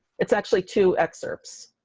it's actually two excerpts.